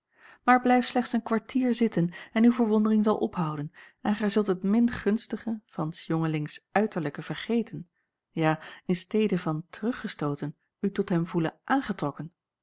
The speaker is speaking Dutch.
maar blijf slechts een kwartier zitten en uw verwondering zal ophouden en gij zult het min gunstige van s jongelings uiterlijke vergeten ja in stede van teruggestooten u tot hem voelen aangetrokken